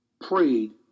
Prayed